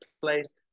place